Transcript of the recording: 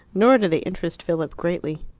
nor did they interest philip greatly.